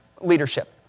leadership